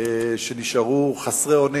שנשארו חסרי אונים.